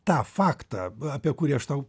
tą faktą apie kurį aš tau